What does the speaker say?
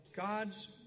God's